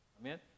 Amen